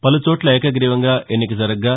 పలుచోట్ల ఏకగ్రీవంగా ఎన్నికవగా